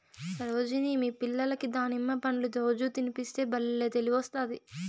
సరోజిని మీ పిల్లలకి దానిమ్మ పండ్లు రోజూ తినిపిస్తే బల్లే తెలివొస్తాది